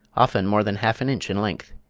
often more than half an inch in length.